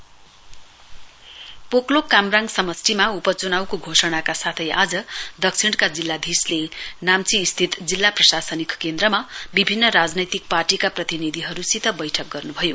south DC meeting Poklok Kamrang समष्टिमा उपचुनाउको घोषणाका साथै आज दक्षिणका जिल्लाधीशले आज नाम्ची स्थित जिल्ला प्रशासनिक केन्द्रमा विभिन्न राजनैतिक पार्टीका प्रतिनिधिहरूसित बैठक गर्नुभयो